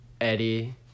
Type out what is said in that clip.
eddie